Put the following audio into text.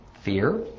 Fear